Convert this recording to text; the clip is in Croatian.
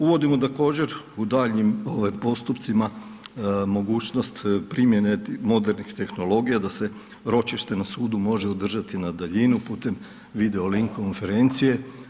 Uvodimo također u daljnjim postupcima, mogućnost primjene modernih tehnologija, da se ročište na sudu može održati na daljinu, putem video link konferencije.